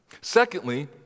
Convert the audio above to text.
Secondly